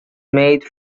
made